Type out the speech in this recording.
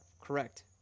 correct